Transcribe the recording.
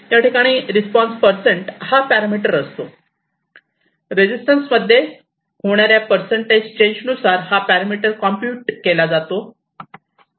याठिकाणी response percent हा parameter असतो रेजिस्टन्स मध्ये होणाऱ्या परसेंटेज चेंज नुसार हा पॅरामिटर कॉम्प्युट केला जातो